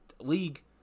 league